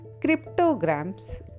cryptograms